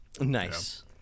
Nice